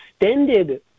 extended